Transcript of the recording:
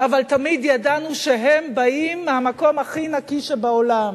אבל תמיד ידענו שהם באים מהמקום הכי נקי שבעולם.